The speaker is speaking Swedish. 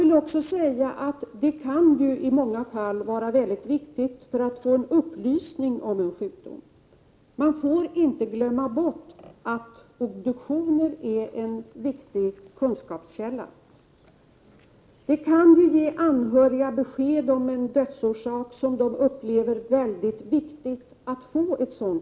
I många fall kan det emellertid vara mycket viktigt med en obduktion för att få en upplysning om en sjukdom. Man får inte glömma bort att obduktionen är en viktig kunskapskälla. Den kan ge de anhöriga besked om en dödsorsak, som de upplever som mycket viktig att få reda på.